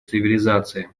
цивилизации